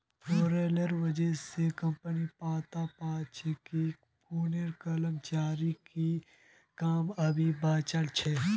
पेरोलेर वजह स कम्पनी पता पा छे कि कुन कर्मचारीर की काम अभी बचाल छ